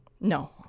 No